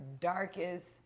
darkest